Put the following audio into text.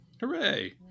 hooray